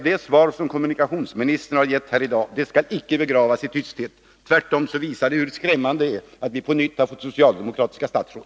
Det svar som kommunikationsministern i dag har gett här i kammaren skall icke begravas i tysthet — tvärtom. Det visar hur skrämmande det är att vi på nytt har fått socialdemokratiska statsråd.